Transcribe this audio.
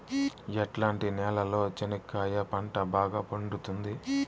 ఎట్లాంటి నేలలో చెనక్కాయ పంట బాగా పండుతుంది?